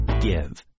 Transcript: give